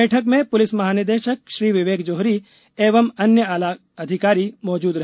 बैठक में प्लिस महानिदेशक श्री विवेक जौहरी एवं अन्य आला अधिकारी मौजूद रहे